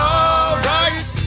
alright